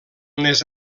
les